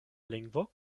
lingvo